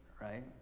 right